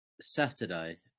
Saturday